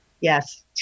yes